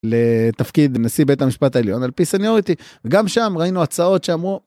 לתפקיד נשיא בית המשפט העליון, על פי סניוריטי. גם שם ראינו הצעות שאמרו...